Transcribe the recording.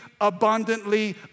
abundantly